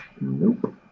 Nope